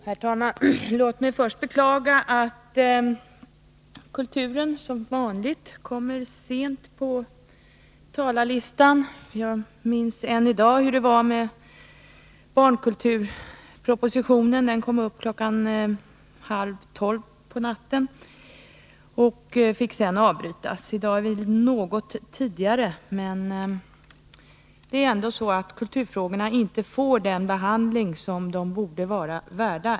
Herr talman! Låt mig först beklaga att kulturfrågorna — som vanligt — kommer långt ned på talarlistan. Jag minns än i dag att barnkulturproposi tionen på sin tid kom upp till behandling halv tolv på natten, och överläggningen fick sedan avbrytas. Den här debatten kommer något tidigare, men kulturfrågorna får ändå inte den behandling här i kammaren som de är värda.